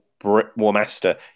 Warmaster